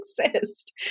exist